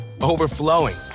overflowing